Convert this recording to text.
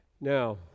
now